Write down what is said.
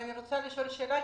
אני רוצה לשאול שאלה,